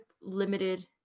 limited